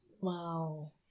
Wow